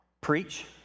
Preach